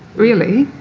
really,